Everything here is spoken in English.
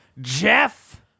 Jeff